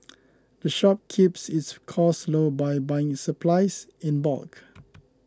the shop keeps its costs low by buying its supplies in bulk